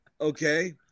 Okay